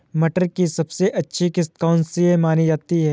मटर की सबसे अच्छी किश्त कौन सी मानी जाती है?